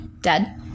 Dead